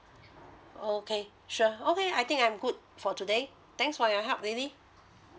okay sure okay I think I'm good for today thanks for your help lily